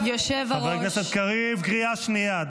תקבעו, תקבעו.